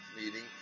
meeting